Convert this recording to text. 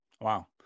Wow